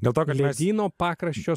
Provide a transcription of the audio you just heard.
dėl to kad ledyno pakraščio